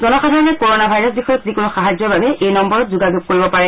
জনসাধাৰণে corona virus বিষয়ক যিকোনো সাহায্যৰ বাবে এই নম্বৰত যোগাযোগ কৰিব পাৰে